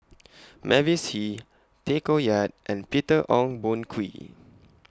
Mavis Hee Tay Koh Yat and Peter Ong Boon Kwee